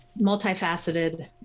multifaceted